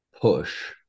push